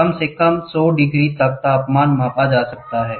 कम से कम सौ डिग्री तक तापमान मापा जा सकता है